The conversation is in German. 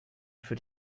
für